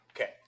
Okay